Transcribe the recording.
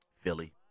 Philly